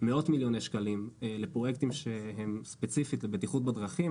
מאות מיליוני שקלים לפרויקטים שהם ספציפית לבטיחות בדרכים,